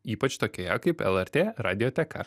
ypač tokioje kaip lrt radioteka